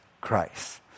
Christ